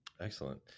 Excellent